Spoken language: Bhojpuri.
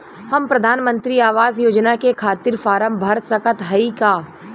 हम प्रधान मंत्री आवास योजना के खातिर फारम भर सकत हयी का?